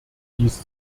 dies